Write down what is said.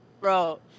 Bro